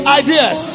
ideas